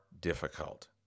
difficult